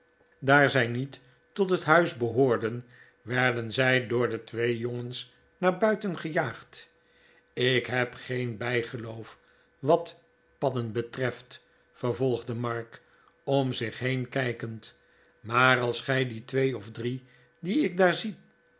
daar zij niet tot het huis behoorden werden zij door de twee jongens naar buiten gejaagd ik heb geen bijgeloof wat padden betreft vervolgde mark om zich heen kijkend maar als gij die twee of drie die ik daar zie